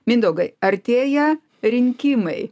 mindaugai artėja rinkimai